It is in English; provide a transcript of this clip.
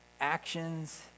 actions